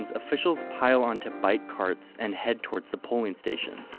um officials pile on to bike carts and head towards the polling station.